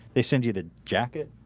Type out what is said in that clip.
they send you the jacket